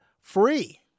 Free